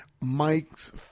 Mike's